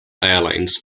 airlines